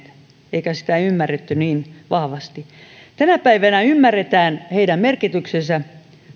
eikä sitä ymmärretty niin vahvasti tänä päivänä ymmärretään heidän merkityksensä